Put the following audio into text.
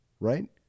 Right